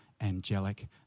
angelic